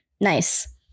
Nice